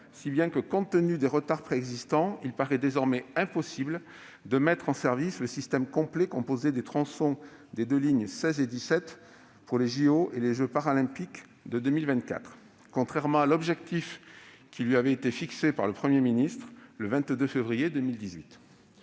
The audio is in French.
Par conséquent, compte tenu des retards préexistants, il paraît désormais impossible de mettre en service le système complet composé des tronçons des lignes 16 et 17 à temps pour les jeux Olympiques et Paralympiques de 2024, contrairement à l'objectif fixé par le Premier ministre le 22 février 2018.